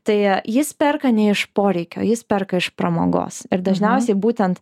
tai jis perka ne iš poreikio jis perka iš pramogos ir dažniausiai būtent